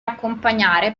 accompagnare